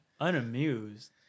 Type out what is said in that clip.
Unamused